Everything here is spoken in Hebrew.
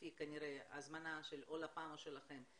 כנראה לפי הזמנה של או לפ"מ או שלכם,